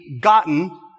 Gotten